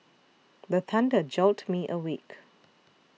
the thunder jolt me awake